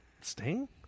sting